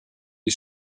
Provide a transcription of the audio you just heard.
die